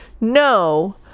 no